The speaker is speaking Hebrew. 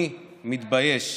אני מתבייש.